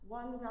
one